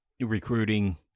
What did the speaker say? Recruiting